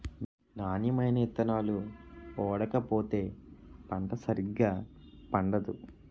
నాణ్యమైన ఇత్తనాలు ఓడకపోతే పంట సరిగా పండదు